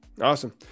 Awesome